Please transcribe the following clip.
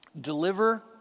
deliver